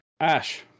Ash